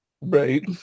Right